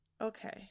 Okay